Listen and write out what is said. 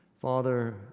Father